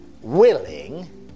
willing